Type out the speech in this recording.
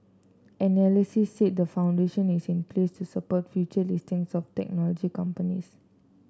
analysts said the foundation is in place to support future listings of technology companies